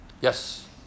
Yes